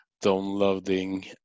downloading